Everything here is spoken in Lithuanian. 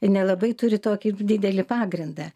nelabai turi tokį didelį pagrindą